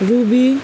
ruby